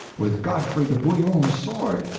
with godfrey de bouillon's sword,